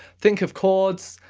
think of chords,